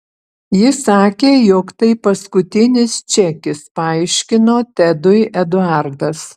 ji sakė jog tai paskutinis čekis paaiškino tedui eduardas